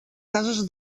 cases